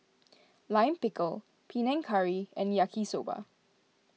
Lime Pickle Panang Curry and Yaki Soba